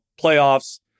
playoffs